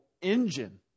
engine